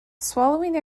swallowing